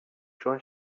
چون